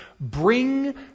bring